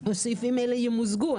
הסעיפים האלה ימוזגו.